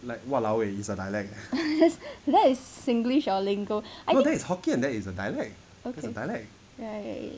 that is that is singlish or lingo I okay right